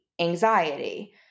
anxiety